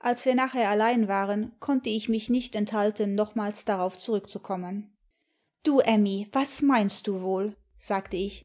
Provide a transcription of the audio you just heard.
als wir nachher allein waren konnte ich mich nicht enthalten nochmals darauf zurückzukommen du emmy was meinst du wohl sagte ich